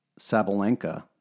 Sabalenka